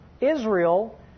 Israel